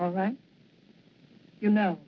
all right you know